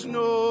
no